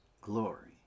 glory